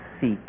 seek